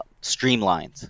streamlined